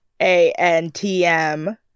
ANTM